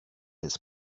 his